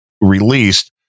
released